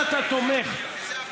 אז למה יצאתם מעזה?